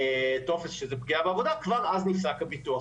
טופס שזו פגיעה בעבודה, כבר אז נפסק הביטוח.